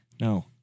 no